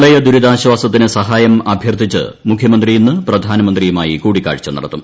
പ്രളയദുരിതാശ്വാസത്തിന് സഹായം അഭ്യർത്ഥിച്ച് മുഖ്യമന്ത്രി ഇന്ന് പ്രധാനമന്ത്രിയുമായി കൂടിക്കാഴ്ച നടത്തും